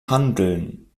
handeln